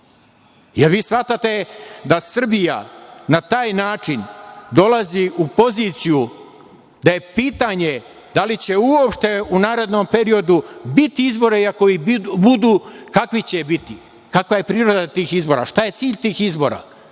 Jel vi shvatate da Srbija na taj način dolazi u poziciju da je pitanje da li će uopšte u narednom periodu biti izbora i ako ih budu kakvi će biti? Kakva je priroda tih izbora? Šta je cilj tih izbora?